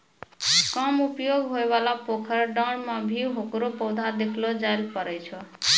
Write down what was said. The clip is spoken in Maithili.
कम उपयोग होयवाला पोखर, डांड़ में भी हेकरो पौधा देखलो जाय ल पारै छो